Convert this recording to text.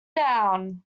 down